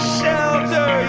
shelter